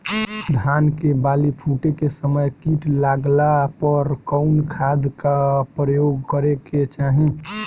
धान के बाली फूटे के समय कीट लागला पर कउन खाद क प्रयोग करे के चाही?